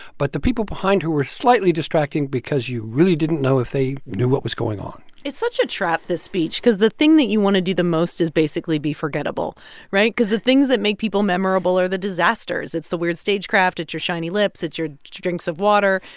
but the people behind her were slightly distracting because you really didn't know if they knew what was going on it's such a trap, this speech, because the thing that you want to do the most is, basically, be forgettable right? because the things that make people memorable are the disasters. it's the weird stagecraft. it's your shiny lips. it's your drinks of water.